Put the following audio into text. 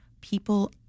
people